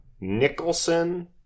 Nicholson